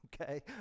Okay